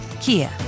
kia